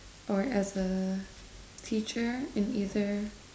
or as a teacher in either